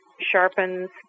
sharpens